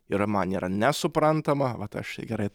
ir man yra nesuprantama vat aš gerai